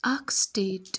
اَکھ سِٹیٹ